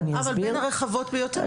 אבל בין הרחבות ביותר.